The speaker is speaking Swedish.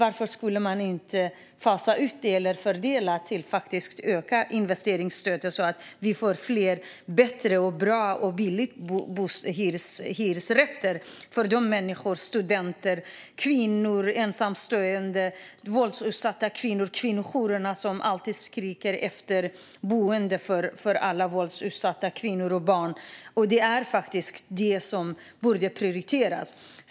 Varför skulle man inte fasa ut detta eller fördela summan för att öka investeringsstödet så att vi får fler och bättre billiga hyresrätter för människor - för studenter och ensamstående eller våldsutsatta kvinnor? Kvinnojourerna skriker alltid efter boende för alla våldsutsatta kvinnor och barn. Det är faktiskt detta som borde prioriteras.